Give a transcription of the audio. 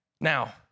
Now